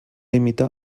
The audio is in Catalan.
imitar